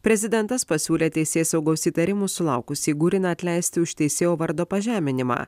prezidentas pasiūlė teisėsaugos įtarimų sulaukusį guriną atleisti už teisėjo vardo pažeminimą